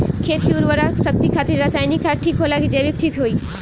खेत के उरवरा शक्ति खातिर रसायानिक खाद ठीक होला कि जैविक़ ठीक होई?